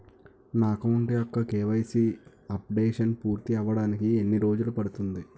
నా అకౌంట్ యెక్క KYC updation పూర్తి అవ్వడానికి ఎన్ని రోజులు పడుతుంది?